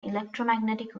electromagnetic